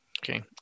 okay